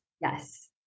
Yes